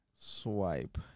swipe